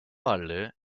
varlığı